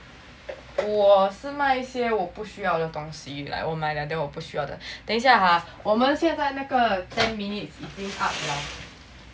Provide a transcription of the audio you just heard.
我是卖些我不需要的东西 like 我买了 then 我不需要的等一下 ah 我们现在那个 ten minutes 已经 up liao